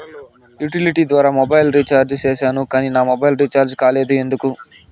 Utility ద్వారా mobile recharge సేసాను కానీ నా మొబైల్ రీచార్జి కాలేదు ఎందుకు?